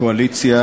קואליציה